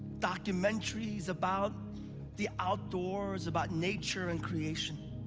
documentaries about the outdoors, about nature and creation.